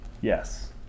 Yes